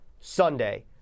Sunday